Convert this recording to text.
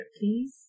please